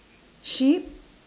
sheep